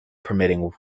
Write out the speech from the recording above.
permitting